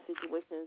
situations